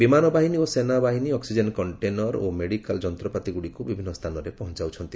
ବିମାନ ବାହିନୀ ଓ ସେନା ବାହିନୀ ଅକ୍କିଜେନ୍ କଣ୍ଟେନର ଓ ମେଡିକାଲ୍ ଯନ୍ତପାତିଗୁଡ଼ିକୁ ବିଭିନ୍ନ ସ୍ଥାନରେ ପହଞ୍ଚାଉଚ୍ଚନ୍ତି